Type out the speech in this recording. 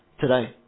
today